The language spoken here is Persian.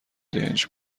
دنج